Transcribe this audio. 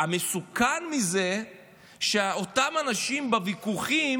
המסוכן מזה הוא שאותם אנשים בוויכוחים